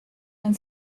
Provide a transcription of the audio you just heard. and